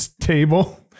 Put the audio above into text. table